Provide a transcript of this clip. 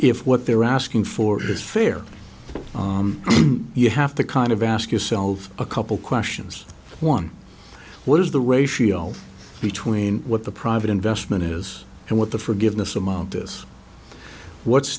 if what they're asking for is fair you have to kind of ask yourself a couple questions one what is the ratio between what the private investment is and what the forgiveness amount this what's